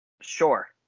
Sure